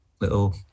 little